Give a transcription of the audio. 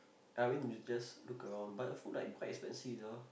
I went to just look around but the food like quite expensive sia